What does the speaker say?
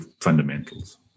fundamentals